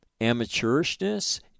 amateurishness